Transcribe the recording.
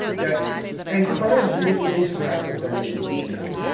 that encourage you to interact with them in a certain way.